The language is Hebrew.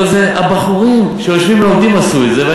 הלוא זה הבחורים שיושבים ולומדים עשו את זה.